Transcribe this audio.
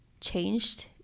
changed